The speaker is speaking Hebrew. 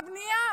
בבנייה,